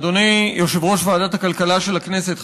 אדוני יושב-ראש ועדת הכלכלה של הכנסת,